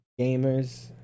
gamers